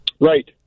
Right